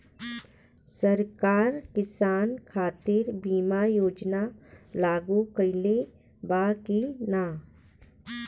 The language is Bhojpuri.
सरकार किसान खातिर बीमा योजना लागू कईले बा की ना?